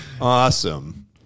Awesome